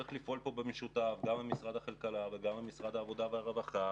צריך לפעול במשותף עם משרד הכלכלה ומשרד העבודה והרווחה.